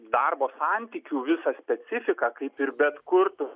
darbo santykių visą specifiką kaip ir bet kur